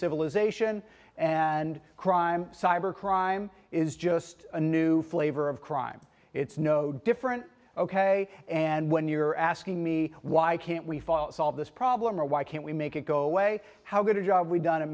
civilization and crime cyber crime is just a new flavor of crime it's no different ok and when you're asking me why can't we file solve this problem or why can't we make it go away how good a job we've done